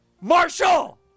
Marshall